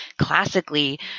classically